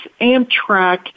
Amtrak